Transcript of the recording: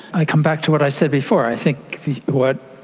i come back to what i said before. i think what,